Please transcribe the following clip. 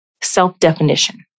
self-definition